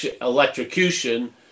electrocution